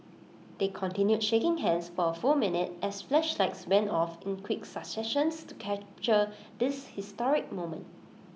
they continued shaking hands for A full minute as flashlights went off in quick successions to capture this historic moment